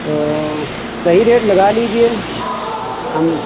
तो सही रेट लगा लीजिये हम